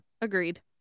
Agreed